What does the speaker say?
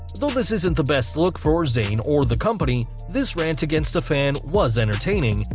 though this isn't the best look for zayn or the company, this rant against a fan was entertaining,